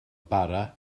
bara